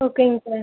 ஓகேங்க சார்